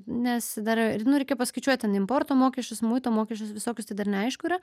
nes dar nu reikia paskaičiuoti importo mokesčius muitų mokesčius visokius tai dar neaišku yra